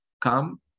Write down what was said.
come